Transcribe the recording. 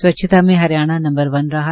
स्वच्छता में Haryana number one रहा